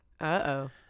uh-oh